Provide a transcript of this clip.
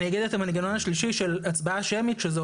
המנגנון השלישי של הצבעה שמית אומר